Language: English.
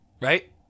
right